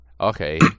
Okay